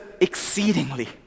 exceedingly